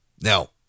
Now